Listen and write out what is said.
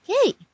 Okay